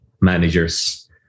managers